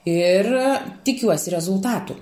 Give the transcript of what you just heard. ir tikiuosi rezultatų